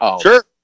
Sure